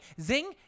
Zing